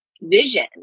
vision